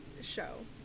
show